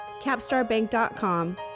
capstarbank.com